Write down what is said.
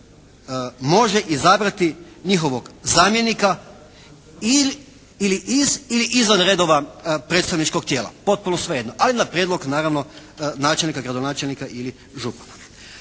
može izabrati njihovog zamjenika i ili iz izvan redova predstavničkog tijela, potpuno svejedno, ali na prijedlog naravno načelnika, gradonačelnika ili župana.